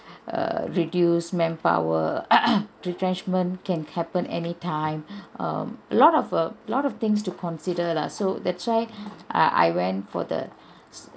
err reduce manpower retrenchment can happen any time um a lot of a lot of things to consider lah so that's why I I went for the